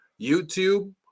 YouTube